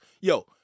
Yo